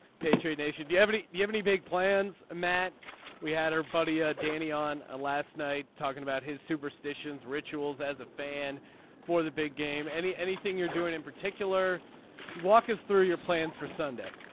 patriot nation do you have any you have any big plans. matt we had our buddy ah danny on a last night talking about his superstitions rituals as a fan for the big game. any anything you're doing in particular you walk us through your plans for sunday.